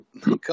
Come